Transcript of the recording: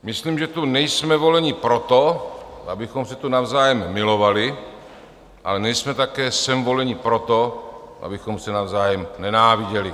Myslím, že tu nejsme voleni proto, abychom se tu navzájem milovali, ale nejsme také sem voleni proto, abychom se navzájem nenáviděli.